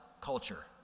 culture